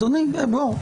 אדוני, לא.